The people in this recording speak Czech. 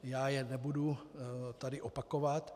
Já je nebudu tady opakovat.